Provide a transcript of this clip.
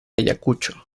ayacucho